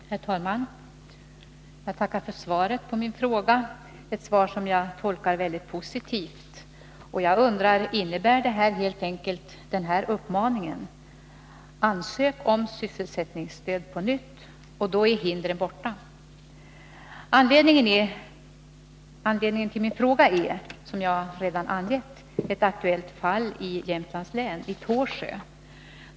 Herr talman! Jag tackar för svaret på min fråga, ett svar som jag tolkar mycket positivt. Jag undrar om svaret helt enkelt innebär den här uppmaningen: Ansök om sysselsättningsstöd på nytt, då är hindren borta! Anledningen till min fråga är, som jag redan har angivit, ett aktuellt fall i Tåsjö i Jämtlands län.